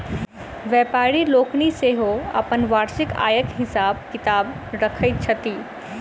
व्यापारि लोकनि सेहो अपन वार्षिक आयक हिसाब किताब रखैत छथि